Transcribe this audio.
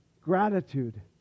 gratitude